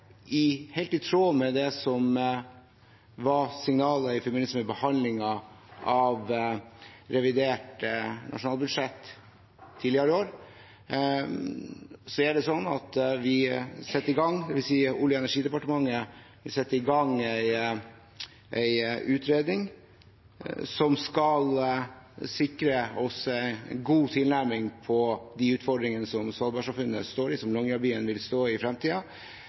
– helt i tråd med det som var signalene i forbindelse med behandlingen av revidert nasjonalbudsjett tidligere i år – sånn at Olje- og energidepartementet vil sette i gang en utredning som skal sikre oss god tilnærming til de utfordringene som Svalbard-samfunnet og Longyearbyen vil stå i